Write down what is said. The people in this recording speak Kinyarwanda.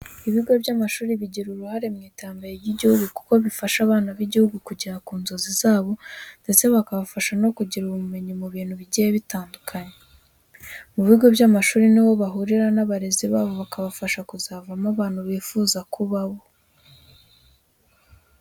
Ibigo by'amashuri bigira uruhare mu iterambere ry'igihugu kubera ko rifasha abana b'igihugu kugera ku nzozi zabo ndetse bakabasha no kugira ubumenyi mu bintu bigiye bitandukanye. Mu bigo by'amashuri ni ho bahurira n'abarezi babo bakabafasha kuzavamo abantu bifuza kuba bo.